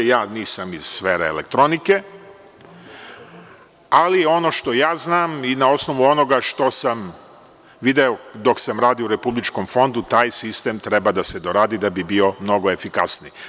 Ja nisam iz sfere elektronike, ali ono što jaznam i na osnovu onoga što sam video dok sam radio u Republičkom fondu, taj sistem treba da se doradi da bi bio mnogo efikasniji.